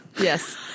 yes